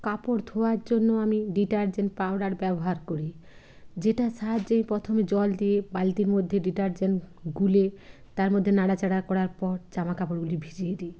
কাপড় ধোয়ার জন্য আমি ডিটারজেন্ট পাউডার ব্যবহার করি যেটার সাহায্যে প্রথমে জল দিয়ে বালতির মধ্যে ডিটারজেন্ট গুলে তার মধ্যে নাড়াচাড়া করার পর জামা কাপড়গগুলি ভিজিয়ে দিই